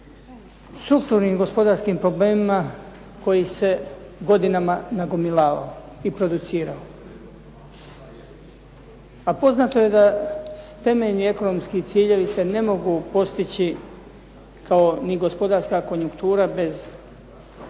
strukturnim gospodarskim problemima koji se godinama nagomilavao i producirao. A poznato je da temeljni ekonomski ciljevi se ne mogu postići kao ni gospodarska konjuktura bez investicija,